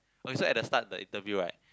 okay at the start the interview right